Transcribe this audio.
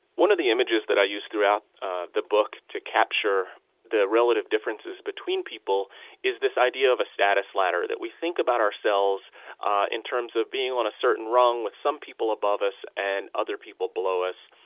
one of the images that i use throughout the book to capture the relative differences between people is this idea of a status ladder that we think about ourselves in terms of being on a certain rung, with some people above us and other people below us,